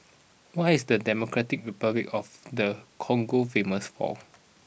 what is Democratic Republic of the Congo famous for